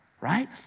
right